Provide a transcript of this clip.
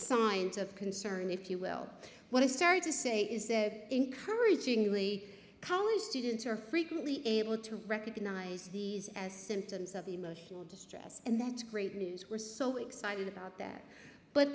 signs of concern if you will when i started to say is there encouragingly college students are frequently able to recognize these as symptoms of emotional distress and that's great news we're so excited about there but